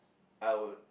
I would